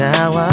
Now